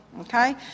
Okay